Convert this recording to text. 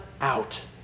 out